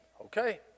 okay